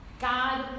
God